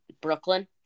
Brooklyn